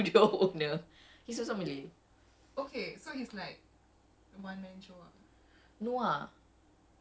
ya but he very cool lah macam even the recep~ not the okay sorry he's the receptionist but he's the studio owner he's also malay